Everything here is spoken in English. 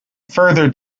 farther